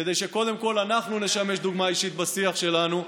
כדי שקודם כול אנחנו נשמש דוגמה אישית בשיח שלנו,